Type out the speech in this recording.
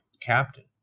captain